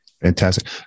fantastic